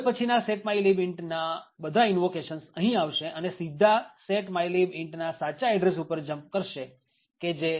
હવે પછીના set mylib int ના બધા ઈનવોકેશન્સ અહી આવશે અને સીધા set mylib int ના સાચા એડ્રેસ ઉપર jump કરશે કે જે